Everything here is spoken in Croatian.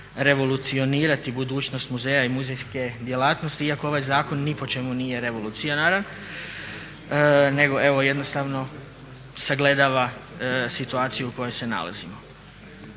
revolucionirati budućnost muzeja i muzejske djelatnosti iako ovaj zakon ni po čemu nije revolucionaran nego evo jednostavno sagledava situaciju u kojoj se nalazimo.